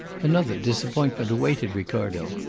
another disappointment awaited ricardo.